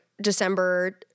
December